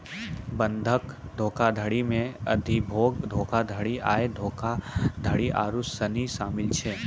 बंधक धोखाधड़ी मे अधिभोग धोखाधड़ी, आय धोखाधड़ी आरु सनी शामिल छै